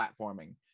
platforming